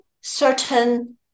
certain